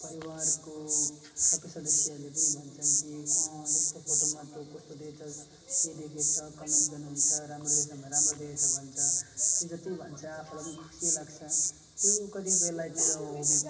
परिवारको सबै सदस्यहरूले पनि भन्छन् कि अँ यस्तो फोटोमा तँ कस्तो देखिएको छस् के देखिएको छ कमेन्ट गर्नुहुन्छ राम्रो देखिएको छ भने राम्रो देखिएको छ भन्छ त्यो जत्ति भन्छ आफूलाई पनि खुसी लाग्छ त्यो कतिपय लाइक मेरो हबी